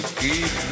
keep